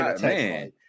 man